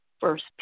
first